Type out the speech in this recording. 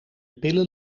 pillen